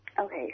Okay